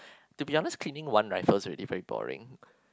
to be honest cleaning one rifle is already very boring